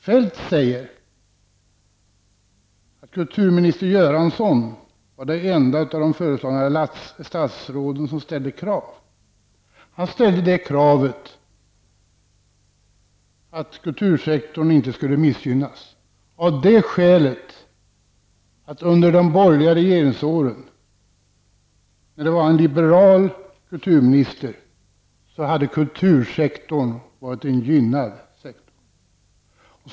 Feldt säger att kulturminister Göransson var den enda av de föreslagna statsråden som ställde krav. Han ställde kravet att kultursektorn inte skulle missgynnas. Det var av skälet att under de borgerliga regeringsåren, när kulturministern var liberal, hade kultursektorn varit en gynnad sektor.